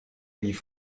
wie